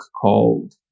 called